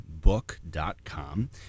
book.com